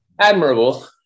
admirable